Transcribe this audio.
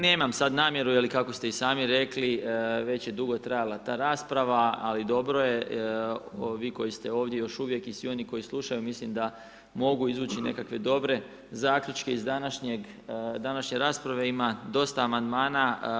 Nemam sad namjeru je li kako ste i sami rekli već je dugo trajala ta rasprava ali dobro je, vi koji ste ovdje i još uvijek i svi oni koji slušaju mislim da mogu izvući nekakve dobre zaključke iz današnje rasprave, ima dosta amandmana.